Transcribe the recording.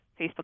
Facebook